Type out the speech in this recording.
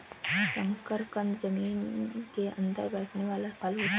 शकरकंद जमीन के अंदर बैठने वाला फल होता है